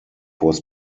was